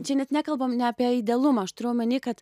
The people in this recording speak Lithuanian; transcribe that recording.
čia net nekalbam apie idealumą aš turiu omeny kad